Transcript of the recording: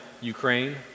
Ukraine